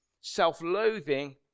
self-loathing